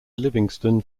livingston